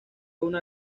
una